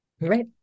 right